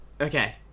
Okay